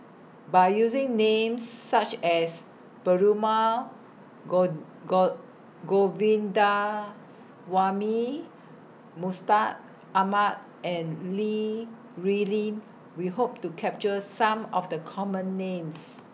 By using Names such as Perumal got got Govindaswamy Mustaq Ahmad and Li Rulin We Hope to capture Some of The Common Names